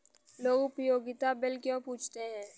लोग उपयोगिता बिल क्यों पूछते हैं?